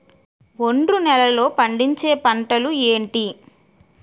ఒండ్రు నేలలో పండించే పంటలు ఏంటి?